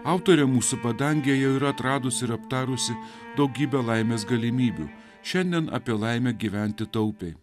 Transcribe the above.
autorė mūsų padangėje jau yra atradusi ir aptarusi daugybę laimės galimybių šiandien apie laimę gyventi taupiai